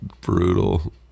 brutal